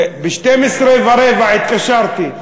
ב-00:15 התקשרתי.